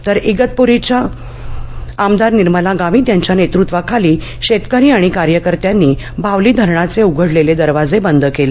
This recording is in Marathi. तर इगतप्रीच्या आमदार निर्मला गावित यांच्या नेतृत्वाखाली शेतकरी आणि कार्यकर्त्यांनी भावली धरणाचे उघडलेले दरवाजे बद केले